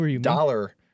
dollar